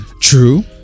True